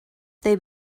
they